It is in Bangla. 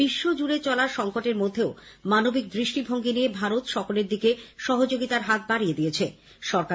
বিশ্বজুড়ে চলা সঙ্কটের মধ্যেও মানবিক দৃষ্টিভঙ্গী নিয়ে ভারত সকলের দিকে সহযোগিতার হাত বাড়িয়ে দিয়েছে সরকার